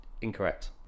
incorrect